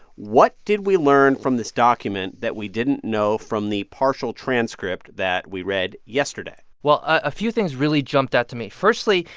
what did we learn from this document that we didn't know from the partial transcript that we read yesterday? well, a few things really jumped out to me. firstly,